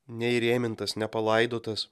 neįrėmintas nepalaidotas